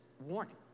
warning